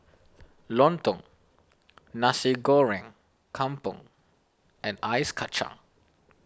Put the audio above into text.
Lontong Nasi Goreng Kampung and Ice Kachang